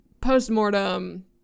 post-mortem